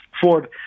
ford